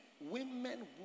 Women